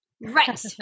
Right